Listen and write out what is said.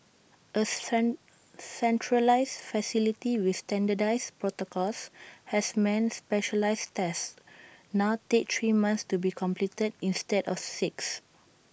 A centralised facility with standardised protocols has meant specialised tests now take three months to be completed instead of six